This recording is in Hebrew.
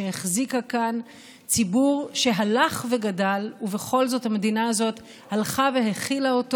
שהחזיקה כאן ציבור שהלך וגדל ובכל זאת המדינה הזו הלכה והכילה אותו